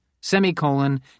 semicolon